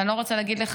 ואני לא רוצה להגיד לך,